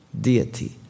deity